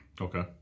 Okay